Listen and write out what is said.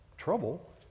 trouble